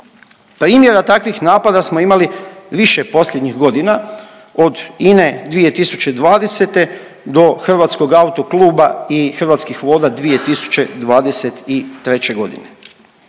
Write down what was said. Primjera takvih napada smo imali više posljednjih godina od INA-e 2020. do Hrvatskog autokluba i Hrvatskih voda 2023.g..